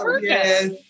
yes